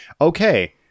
okay